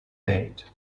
date